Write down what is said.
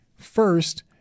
First